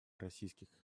российских